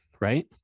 right